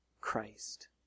Christ